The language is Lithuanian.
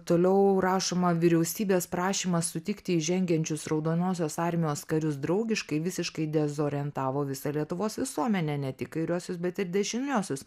toliau rašoma vyriausybės prašymas sutikti įžengiančius raudonosios armijos karius draugiškai visiškai dezorientavo visą lietuvos visuomenę ne tik kairiuosius bet ir dešiniuosius